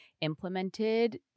implemented